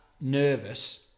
nervous